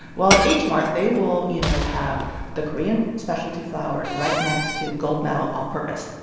well, h mart, they will, you know, have the korean specialty flour right next to gold medal all purpose.